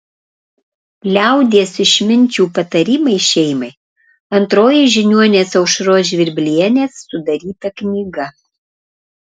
liaudies išminčių patarimai šeimai antroji žiniuonės aušros žvirblienės sudaryta knyga